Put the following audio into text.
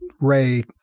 Ray